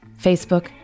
Facebook